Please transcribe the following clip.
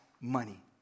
money